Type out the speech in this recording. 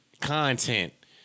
content